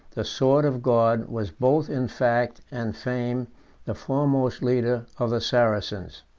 the sword of god was both in fact and fame the foremost leader of the saracens.